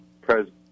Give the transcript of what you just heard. president